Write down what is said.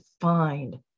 find